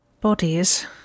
bodies